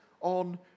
on